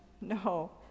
no